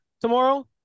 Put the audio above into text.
tomorrow